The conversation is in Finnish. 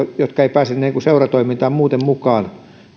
jotka eivät pääse seuratoimintaan muuten mukaan